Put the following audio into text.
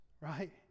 right